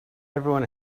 everyone